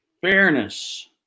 Fairness